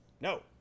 No